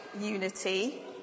unity